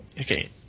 Okay